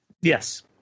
Yes